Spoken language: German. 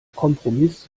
kompromiss